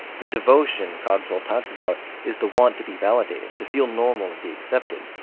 the devotion cogswell talks about is the want to be validated, to feel normal and be accepted.